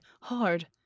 hard